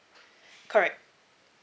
correct